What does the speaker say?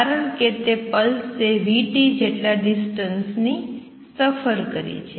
કારણ કે તે પલ્સ એ vt જેટલા ડિસ્ટન્સ ની સફર કરી છે